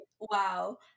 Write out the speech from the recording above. wow